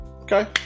Okay